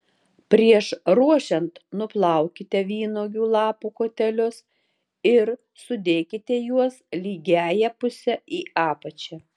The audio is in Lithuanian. prieš ruošiant nupjaukite vynuogių lapų kotelius ir sudėkite juos lygiąja puse į apačią